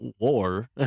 war